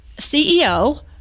CEO